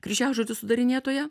kryžiažodžių sudarinėtoja